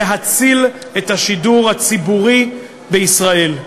להציל את השידור הציבורי בישראל.